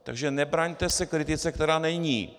Takže nebraňte se kritice, která není.